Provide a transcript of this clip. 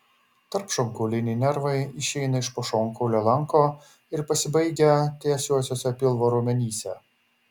tarpšonkauliniai nervai išeina iš po šonkaulio lanko ir pasibaigia tiesiuosiuose pilvo raumenyse